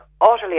utterly